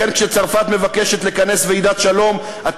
לכן כשצרפת מבקשת לכנס ועידת שלום אתה